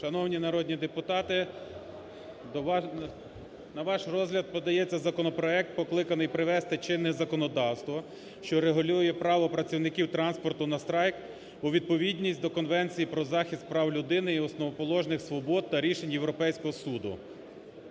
Шановні народні депутати, на ваш розгляд подається законопроект, покликаний привести чинне законодавство, що регулює право працівників транспорту на страйк у відповідність до Конвенції про захист прав людини і основоположних свобод та рішень Європейського Суду.